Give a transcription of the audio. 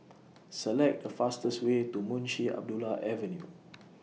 Select The fastest Way to Munshi Abdullah Avenue